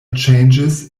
changes